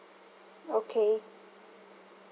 okay